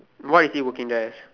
what is he working as